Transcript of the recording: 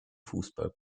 fußball